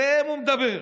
אליהם הוא מדבר.